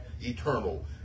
eternal